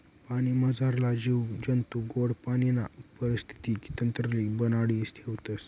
पाणीमझारला जीव जंतू गोड पाणीना परिस्थितीक तंत्रले बनाडी ठेवतस